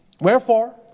Wherefore